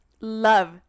love